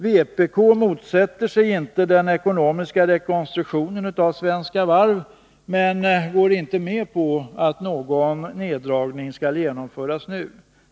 Vpk motsätter sig inte den ekonomiska rekonstruktionen av Svenska Varv, men går inte med på att någon neddragning skall genomföras nu.